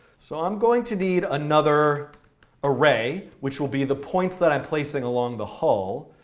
so i'm going to need another array, which will be the points that i'm placing along the hull.